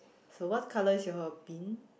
so what colour is your bin